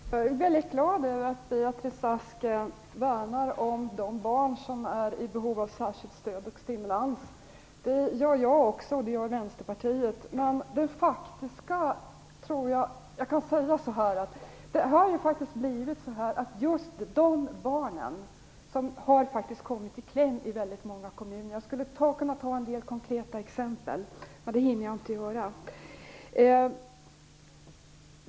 Herr talman! Jag är väldigt glad över att Beatrice Ask värnar om de barn som är i behov av särskilt stöd och av stimulans. Det gör jag och Vänsterpartiet också. Men det är just de barnen som har kommit i kläm i väldigt många kommuner - jag skulle kunna ge en del konkreta exempel, men det hinner jag inte göra nu.